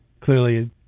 Clearly